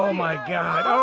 um my god,